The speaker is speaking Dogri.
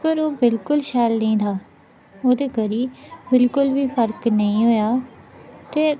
पर ओह् बिल्कुल शैल नेंई हा ओह्दे करी बिल्कुल बी फर्क नेई होएआ ते